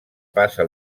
passa